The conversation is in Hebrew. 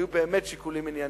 היו באמת שיקולים ענייניים.